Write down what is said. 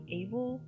able